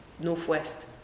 Northwest